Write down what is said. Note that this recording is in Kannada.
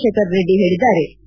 ಸೋಮಶೇಖರ್ ರೆಡ್ಡಿ ಹೇಳಿದ್ದಾರೆ